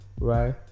right